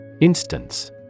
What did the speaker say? Instance